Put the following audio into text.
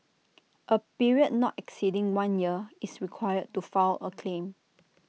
A period not exceeding one year is required to file A claim